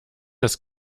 das